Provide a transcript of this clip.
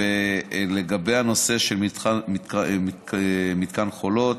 בנושא של מתקן חולות,